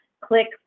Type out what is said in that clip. click